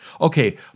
Okay